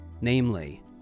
namely